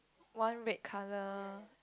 one red colour